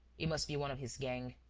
it must be one of his gang.